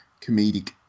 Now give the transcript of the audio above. comedic